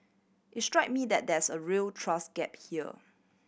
it strikes me that there's a real trust gap here